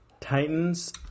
Titans